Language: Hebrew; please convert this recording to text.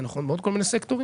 זה נכון בעוד כל מיני סקטורים.